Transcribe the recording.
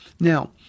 Now